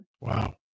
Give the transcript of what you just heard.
wow